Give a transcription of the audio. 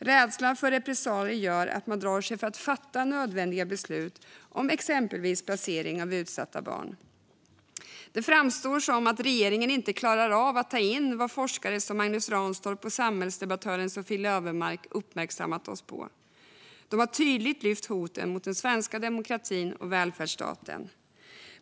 Rädslan för repressalier gör att man drar sig för att fatta nödvändiga beslut om exempelvis placering av utsatta barn. Det framstår som att regeringen inte klarar av att ta in vad forskare som Magnus Ranstorp och samhällsdebattören Sofie Löwenmark uppmärksammat oss på. De har tydligt lyft hoten mot den svenska demokratin och välfärdsstaten.